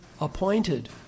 Appointed